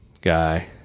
guy